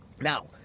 Now